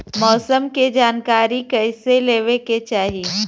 मौसम के जानकारी कईसे लेवे के चाही?